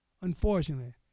unfortunately